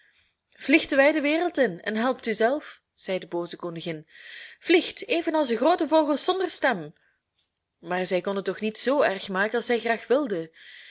vliegt de wijde wereld in en helpt u zelf zei de booze koningin vliegt evenals de groote vogels zonder stem maar zij kon het toch niet zoo erg maken als zij graag wilde